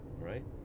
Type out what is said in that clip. Right